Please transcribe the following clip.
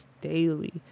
daily